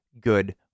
good